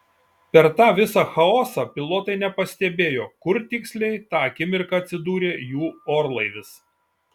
per tą visą chaosą pilotai nepastebėjo kur tiksliai tą akimirką atsidūrė jų orlaivis